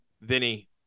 Vinny